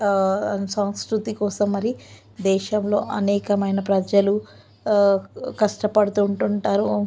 సంస్కృతి కోసం మరి దేశంలో అనేకమైన ప్రజలు కష్టపడుతూ ఉంటుంటారు